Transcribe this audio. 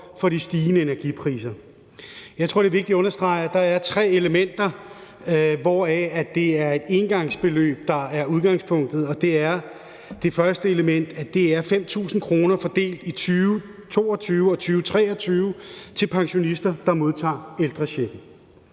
for de stigende energipriser. Jeg tror, det er vigtigt at understrege, at der er tre elementer, hvori det er et engangsbeløb, der er udgangspunktet. Det første element er 5.000 kr. fordelt i 2022 og i 2023 til pensionister, der modtager ældrechecken.